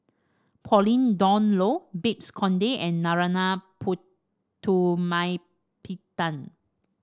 Pauline Dawn Loh Babes Conde and Narana Putumaippittan